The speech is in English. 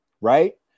right